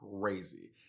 crazy